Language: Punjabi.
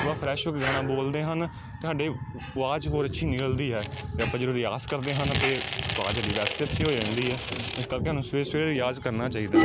ਥੋੜ੍ਹਾ ਫਰੈਸ਼ ਹੋ ਕੇ ਗਾਣਾ ਬੋਲਦੇ ਹਨ ਤਾਹਡੇ ਆਵਾਜ਼ ਹੋਰ ਅੱਛੀ ਨਿਕਲਦੀ ਹੈ ਅਤੇ ਆਪਾਂ ਜਦੋਂ ਰਿਆਜ਼ ਕਰਦੇ ਹਨ ਤਾਂ ਆਵਾਜ਼ ਸਾਡੀ ਵੈਸੇ ਅੱਛੀ ਹੋ ਜਾਂਦੀ ਹੈ ਇਸ ਕਰਕੇ ਸਾਨੂੰ ਸਵੇਰੇ ਸਵੇਰੇ ਰਿਆਜ਼ ਕਰਨਾ ਚਾਹੀਦਾ